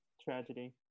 tragedy